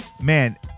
man